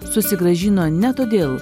susigrąžino ne todėl